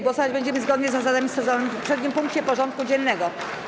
Głosować będziemy zgodnie z zadami stosowanymi w poprzednim punkcie porządku dziennego.